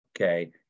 okay